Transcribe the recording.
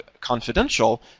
confidential